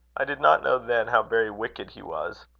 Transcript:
i did not know then how very wicked he was.